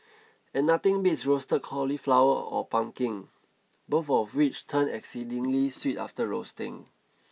and nothing beats roasted cauliflower or pumpkin both of which turn exceedingly sweet after roasting